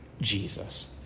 Jesus